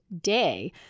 day